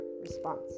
response